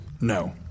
No